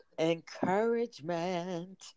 encouragement